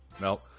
no